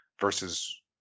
versus